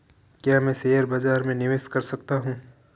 क्या मैं शेयर बाज़ार में निवेश कर सकता हूँ?